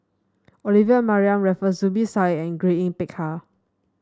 Olivia Mariamne Raffles Zubir Said and Grace Yin Peck Ha